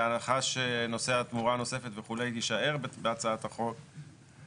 בהנחה שנושא התמורה הנוספת וכו' יישאר בהצעת החוק,